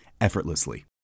effortlessly